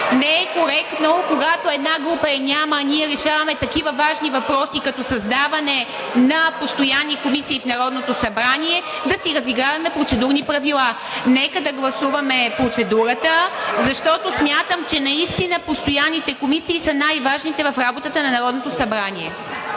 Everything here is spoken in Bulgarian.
Не е коректно, когато една група я няма, а ние решаваме такива важни въпроси, като създаване на постоянни комисии в Народното събрание, да си разиграваме процедурни правила. Нека да гласуваме процедурата. (Шум и реплики, викове от ГЕРБ-СДС.) Защото смятам, че наистина постоянните комисии са най-важните в работата на Народното събрание.